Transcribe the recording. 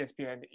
ESPN